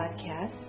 podcast